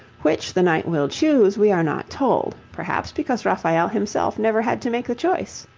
which the knight will choose we are not told, perhaps because raphael himself never had to make the choice.